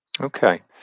okay